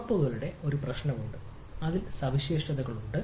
ഉറപ്പുകളുടെ ഒരു പ്രശ്നമുണ്ട് അതിൽ സവിശേഷതകൾ ഉണ്ട്